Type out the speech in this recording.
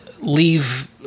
leave